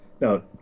No